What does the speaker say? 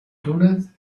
túnez